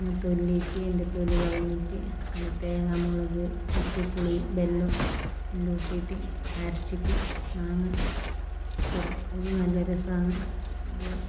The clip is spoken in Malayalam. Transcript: അതിനെ തൊല്ലിട്ട് അതിൻ്റെ തൊലി കളഞ്ഞിറ്റ് അതിന് തേങ്ങ മുളക് ഉപ്പ് പുലി ബെല്ലം എല്ലോം ഇട്ടിറ്റ് അരച്ചിറ്റ് മാങ്ങ കറി അത് നല്ല രസാന്ന് അത്